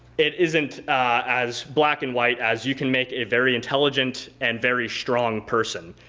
it isn't as black and white as you can make a very intelligent and very strong person.